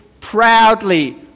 proudly